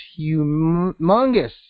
humongous